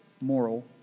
moral